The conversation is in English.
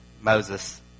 Moses